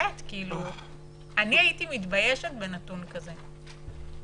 אני הייתי מתביישת בנתון כזה.